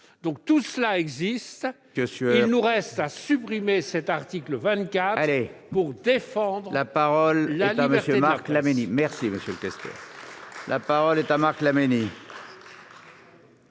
mon cher collègue. Il nous reste à supprimer cet article 24 pour défendre la liberté de la presse.